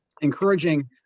encouraging